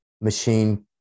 machine